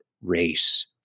race